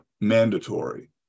mandatory